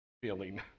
feeling